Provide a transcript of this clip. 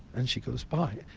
and she goes, bye,